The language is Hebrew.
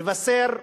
מבשר רעות.